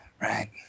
Right